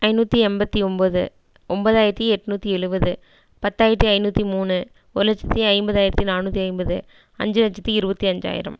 ஐநூற்றி எம்பத்து ஒம்பது ஒம்போதாயிரத்து எட்நூற்றி எழுபது பத்தாயிரத்து ஐநூற்றி மூணு ஒரு லட்சத்து ஐம்பதாயிரத்து நானூற்றி ஐம்பது அஞ்சு லட்சத்து இருபத்தஞ்சாயிரம்